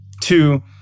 Two